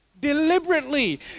deliberately